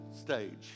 stage